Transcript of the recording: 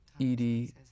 Edie